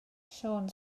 siôn